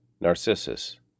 Narcissus